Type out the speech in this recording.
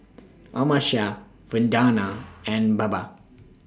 Amartya Vandana and Baba